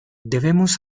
debemos